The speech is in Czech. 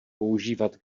používat